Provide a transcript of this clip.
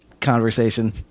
Conversation